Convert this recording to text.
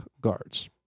guards